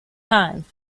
times